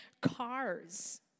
cars